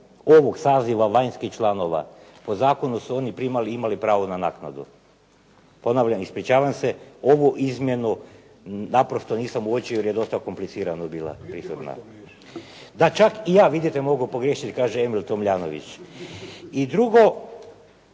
ovog saziva vanjskih članova. Po zakonu su oni primali i imali pravo na naknadu. Ponavljam, ispričavam se, ovu izmjenu naprosto nisam uočio jer je dosta komplicirano bila …/Govornik se ne razumije./… Pa čak i ja vidite mogu pogriješiti kaže Emil Tomljanović. I drugo.